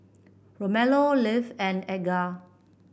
Romello Ivie and Edgar